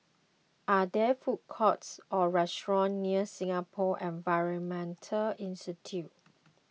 are there food courts or restaurants near Singapore Environment Institute